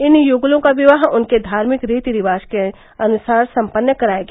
इन युगलों का विवाह उनके धार्मिक रीति रिवाज के अनुसार सम्पन्न कराया गया